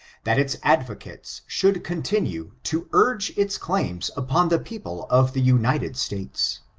that its advocates should continue to urge its claims upon the people of the united states.